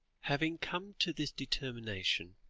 having come to this determination,